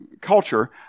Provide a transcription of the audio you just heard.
culture